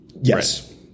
Yes